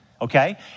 Okay